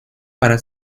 para